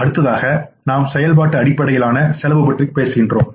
அடுத்ததாக நாம் செயல்பாட்டு அடிப்படையிலான செலவு பற்றி பேசுகிறோம்